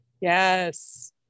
yes